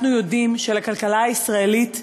אנחנו יודעים שלכלכלה הישראלית הרבה,